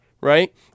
right